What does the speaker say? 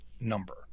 number